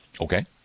Okay